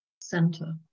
center